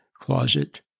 closet